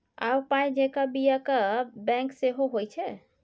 आब पाय जेंका बियाक बैंक सेहो होए छै